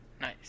Nice